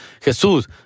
Jesus